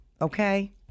Okay